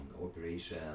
operation